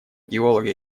геолога